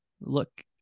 Look